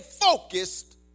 focused